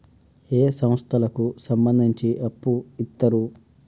ఏ సంస్థలకు సంబంధించి అప్పు ఇత్తరు?